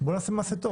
בואו נעשה מעשה טוב.